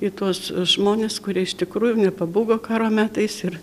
į tuos žmones kurie iš tikrųjų nepabūgo karo metais ir